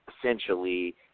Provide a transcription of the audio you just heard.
essentially